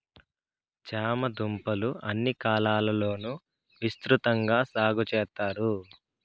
చామ దుంపలు అన్ని కాలాల లోనూ విసృతంగా సాగు చెత్తారు